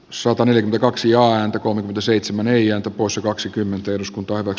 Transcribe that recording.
sopanen kaksi ääntä kun seitsemän eija usa kaksikymmentä eduskunta ovat